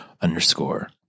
underscore